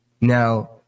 Now